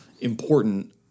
important